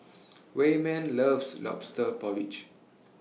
Wayman loves Lobster Porridge